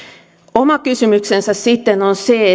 oma kysymyksensä sitten on se